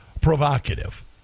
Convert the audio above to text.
provocative